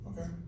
Okay